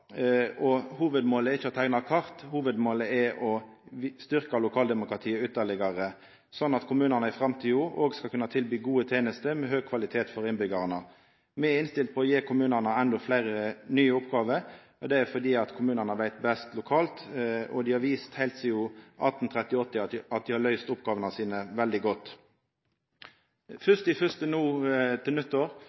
Hovudmålet er ikkje å teikna kart; hovudmålet er å styrkja lokaldemokratiet ytterlegare, slik at kommunane i framtida òg skal kunna tilby gode tenester med høg kvalitet for innbyggjarane. Me er innstilte på å gi kommunane endå fleire nye oppgåver. Det er fordi kommunane lokalt veit best. Dei har vist heilt sidan 1837 at dei har løyst oppgåvene sine veldig godt. Ved nyttår, den 1. januar, er det akkurat 50 år